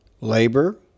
labor